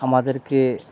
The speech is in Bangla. আমাদেরকে